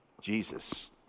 Jesus